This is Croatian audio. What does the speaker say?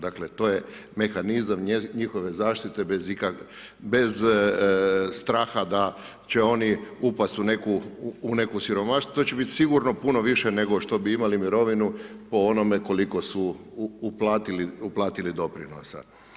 Dakle, to je mehanizam njihove zaštite bez straha da će oni upasti u neko siromaštvo, to će biti sigurno puno više nego što bi imali mirovnu po onome koliko su uplatili doprinosa.